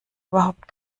überhaupt